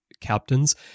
captains